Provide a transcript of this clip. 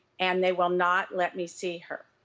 and they will not let me see her.